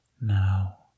now